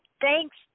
Thanks